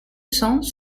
cents